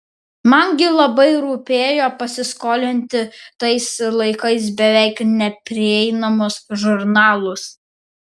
man gi labai rūpėjo pasiskolinti tais laikais beveik neprieinamus žurnalus